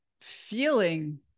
feeling